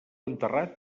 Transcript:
enterrat